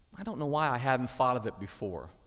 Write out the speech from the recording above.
i don't know why i haven't thought of it before.